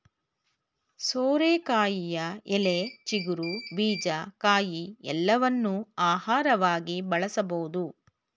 ಸೋರೆಕಾಯಿಯ ಎಲೆ, ಚಿಗುರು, ಬೀಜ, ಕಾಯಿ ಎಲ್ಲವನ್ನೂ ಆಹಾರವಾಗಿ ಬಳಸಬೋದು